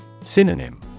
Synonym